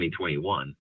2021